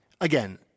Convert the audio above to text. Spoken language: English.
again